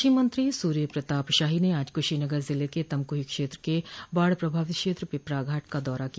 कृषि मंत्री सूर्य प्रताप शाही ने आज कुशीनगर जिले के तमकुही क्षेत्र के बाढ़ प्रभावित क्षेत्र पिपरा घाट का दौरा किया